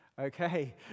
Okay